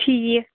ٹھیٖک